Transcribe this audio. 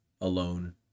alone